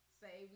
say